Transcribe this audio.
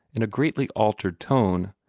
in a greatly altered tone.